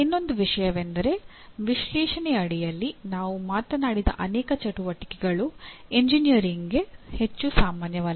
ಇನ್ನೊಂದು ವಿಷಯವೆಂದರೆ ವಿಶ್ಲೇಷಣೆಯಡಿಯಲ್ಲಿ ನಾವು ಮಾತನಾಡಿದ ಅನೇಕ ಚಟುವಟಿಕೆಗಳು ಎಂಜಿನಿಯರಿಂಗ್ಗೆ ಹೆಚ್ಚು ಸಾಮಾನ್ಯವಲ್ಲ